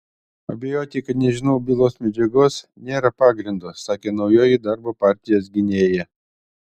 abejoti kad nežinau bylos medžiagos nėra pagrindo sakė naujoji darbo partijos gynėja